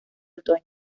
otoño